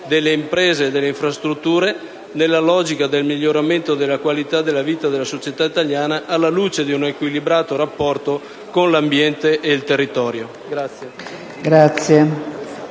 delle imprese e delle infrastrutture, nella logica del miglioramento della qualità della vita della società italiana, alla luce di un equilibrato rapporto con l'ambiente e il territorio.